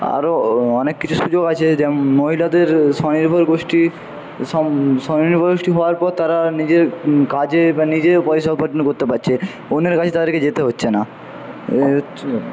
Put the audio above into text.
আরও অনেক কিছু সুযোগ আছে মহিলাদের স্বনির্ভর গোষ্ঠী স্বনির্ভর গোষ্ঠী হওয়ার পর তারা নিজের কাজে বা নিজে পয়সা উপার্জন করতে পারছে অন্যের কাছে তাদেরকে যেতে হচ্ছে না